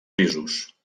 pisos